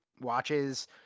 watches